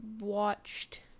watched